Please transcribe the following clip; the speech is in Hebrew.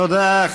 תודה.